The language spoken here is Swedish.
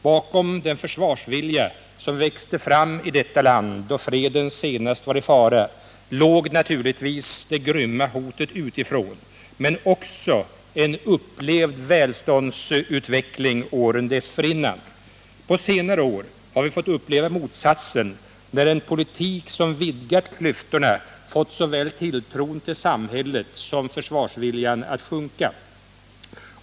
Bakom den försvarsvilja som växte fram i detta land då freden senast var i fara låg naturligtvis det grymma hotet utifrån men också en upplevd välståndsutveckling åren dessförinnan. På senare år har vi fått uppleva motsatsen, när en politik som vidgat klyftorna fått tilltron till såväl samhället som försvarsviljan att sjunka.